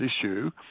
issue